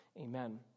Amen